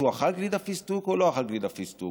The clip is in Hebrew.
הוא אכל גלידה פיסטוק או לא אכל גלידה פיסטוק,